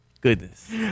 Goodness